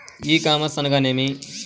ఈ కామర్స్ అనగా నేమి?